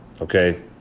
Okay